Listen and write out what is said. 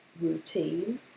routine